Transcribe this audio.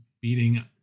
beating